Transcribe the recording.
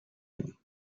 him